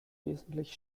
wesentlich